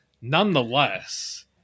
Nonetheless